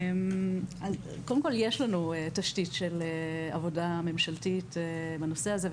קודם כל יש לנו תשתית של עבודה ממשלתית בנושא הזה,